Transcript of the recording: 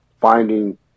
finding